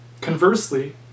Conversely